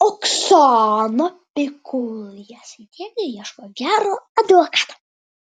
oksana pikul jasaitienė ieško gero advokato